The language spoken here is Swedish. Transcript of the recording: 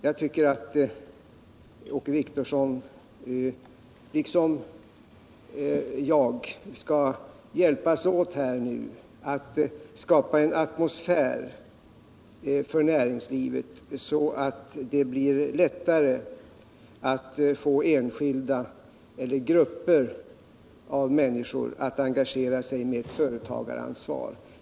Jag tycker att Åke Wictorsson — liksom jag — nu skall hjälpa till att skapa en sådan atmosfär för näringslivet att det blir lättare att få enskilda eller grupper av människor att engagera sig med företagaransvar.